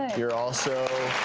ah you're also